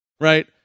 right